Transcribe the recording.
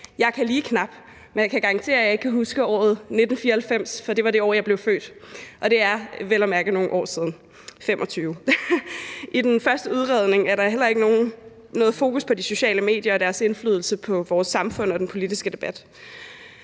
Jeg kan lige knap nok, men jeg kan garantere, at jeg ikke kan huske året 1994, for det var det år, jeg blev født, og det er vel at mærke nogle år siden, nemlig 25 år. I den første udredning er der heller ikke noget fokus på de sociale medier og deres indflydelse på vores samfund og den politiske debat.